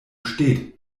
steht